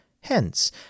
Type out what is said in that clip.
Hence